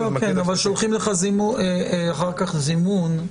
כן, אבל שולחים לך אחר כך זימון.